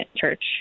church